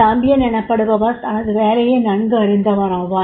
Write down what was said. champion எனப்படுபவர் தனது வேலையை நன்கு அறிந்தவராவார்